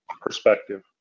perspective